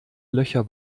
löcher